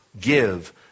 give